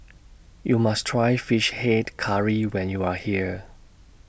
YOU must Try Fish Head Curry when YOU Are here